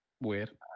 Weird